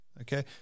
Okay